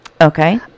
Okay